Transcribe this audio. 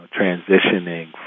transitioning